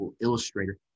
illustrator